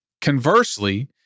Conversely